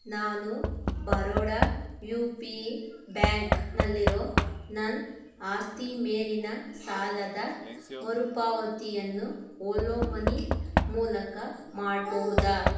ನಾನು Baroda U P ಬ್ಯಾಂಕ್ನಲ್ಲಿರೋ ನನ್ನ ಆಸ್ತಿ ಮೇಲಿನ ಸಾಲದ ಮರುಪಾವತಿಯನ್ನು ಓಲೋ ಮನಿ ಮೂಲಕ ಮಾಡಬಹುದಾ